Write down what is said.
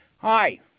Hi